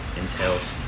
entails